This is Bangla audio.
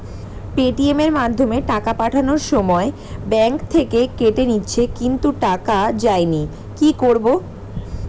পেটিএম এর মাধ্যমে টাকা পাঠানোর সময় ব্যাংক থেকে কেটে নিয়েছে কিন্তু টাকা যায়নি কি করব?